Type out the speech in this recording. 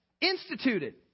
instituted